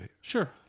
Sure